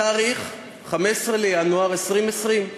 התאריך, 15 בינואר 2020,